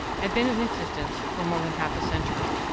had been in existence for more than half a century.